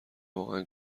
واقعا